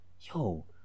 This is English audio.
yo